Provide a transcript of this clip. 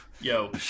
yo